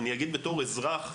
אגיד בתור אזרח,